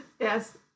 Yes